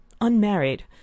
unmarried—